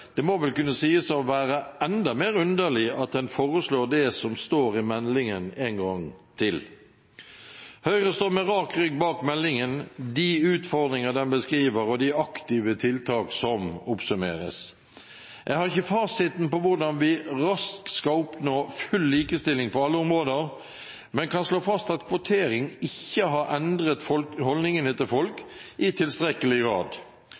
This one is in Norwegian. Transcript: det må vel kunne sies å være enda mer underlig at en foreslår det som står i meldingen en gang til. Høyre står med rak rygg bak meldingen, de utfordringer den beskriver, og de aktive tiltak som oppsummeres. Jeg har ikke fasiten på hvordan vi raskt skal oppnå full likestilling på alle områder, men kan slå fast at kvotering ikke har endret holdningene til folk i tilstrekkelig grad.